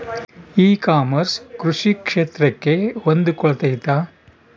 E commerce ಕೃಷಿ ಕ್ಷೇತ್ರಕ್ಕೆ ಹೊಂದಿಕೊಳ್ತೈತಾ?